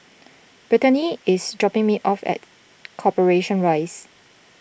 Brittanie is dropping me off at Corporation Rise